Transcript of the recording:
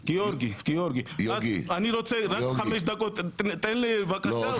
אני רוצה חמש דקות תיתן לי בבקשה.